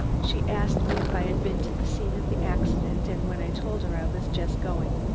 she asked me if i had been to the scene of the accident, and when i told her i was just going,